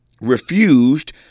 refused